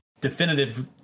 definitive